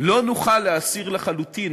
לא נוכל להסיר לחלוטין